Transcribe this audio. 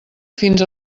fins